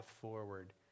forward